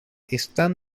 están